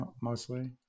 mostly